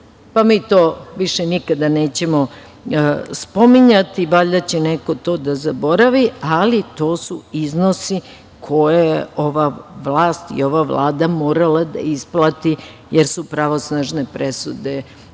mi to više nikada nećemo spominjati, valjda će neko to da zaboravi. Ali, to su iznosi koje je ova vlast i ova Vlada morala da isplati, jer su pravosnažne presude